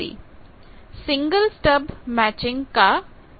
आगे है single stub matching का अवलोकन